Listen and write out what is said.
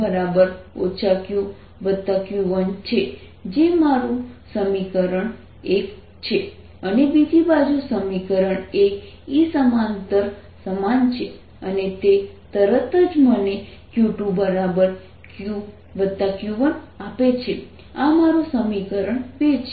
kq2 qq1 q2qq1 equ 2 equ 1 ⟹q2k12q q22k1q q1q2 q2k1 1q q11 kk1q q1 k 1k1q અને બીજું સમીકરણ એ EII સમાંતર સમાન છે અને તે તરત જ મને q2qq1આપે છે આ મારું સમીકરણ 2 છે